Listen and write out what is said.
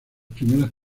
primeras